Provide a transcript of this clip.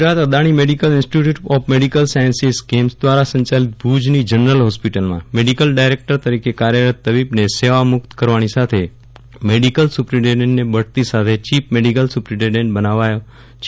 Gujarat Adani medical institute of medical sciences GAIMS દ્વારા સંચાલિત ભુજની જનરલ હોસ્પિટલમાં મેડિકલ ડાયરેક્ટર તરીકે કાર્યરત તબીબને સેવા મુક્ત કરવાની સાથે મેડિકલ સુપ્રિન્ટેન્ડેન્ટને બઢતી સાથે ચીફ મેડિકલ સુપ્રિન્ટેન્ડેન્ટ બનાવાયા છે